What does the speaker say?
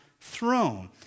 throne